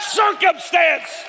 circumstance